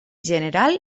general